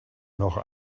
noch